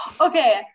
Okay